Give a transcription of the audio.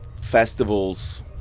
festivals